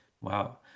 Wow